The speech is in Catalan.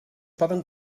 poden